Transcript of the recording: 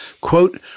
quote